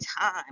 time